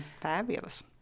fabulous